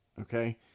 Okay